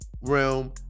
realm